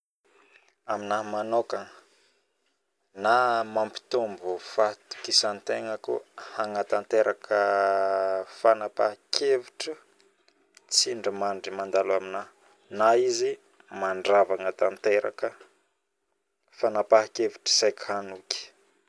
Aminahy manokagna na mampitombo fahatokisantegnako hangnatateraka Fanampahanketro na izy mandragna tanteraka fanapakevitra saika hanoky